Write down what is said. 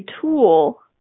tool